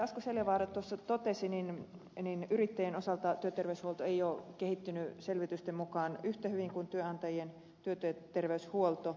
asko seljavaara totesi yrittäjien osalta työterveyshuolto ei ole kehittynyt selvitysten mukaan yhtä hyvin kuin työnantajien työterveyshuolto